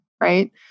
right